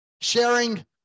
sharing